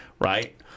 right